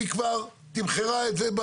והיא כבר תמחרה את זה.